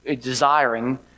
desiring